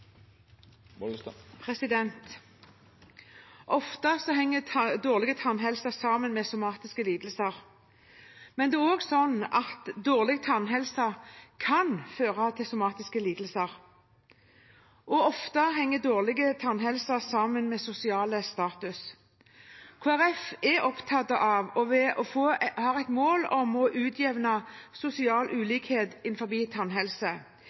Ofte henger dårlig tannhelse sammen med somatiske lidelser, men det er også sånn at dårlig tannhelse kan føre til somatiske lidelser. Og ofte henger dårlig tannhelse sammen med sosial status. Kristelig Folkeparti er opptatt av og har et mål om å utjevne sosial ulikhet innenfor tannhelse,